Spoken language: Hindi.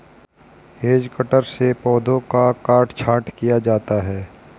हेज कटर से पौधों का काट छांट किया जाता है